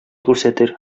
күрсәтер